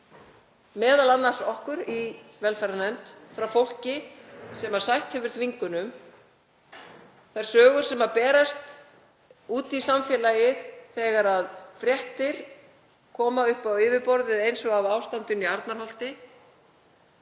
berast m.a. okkur í velferðarnefnd frá fólki sem sætt hefur þvingunum, þær sögur sem berast út í samfélagið þegar fréttir koma upp á yfirborðið eins og af ástandinu í Arnarholti